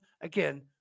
again